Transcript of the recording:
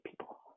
people